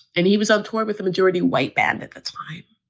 and he was on tour with a majority white band at the time,